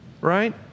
right